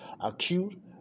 Acute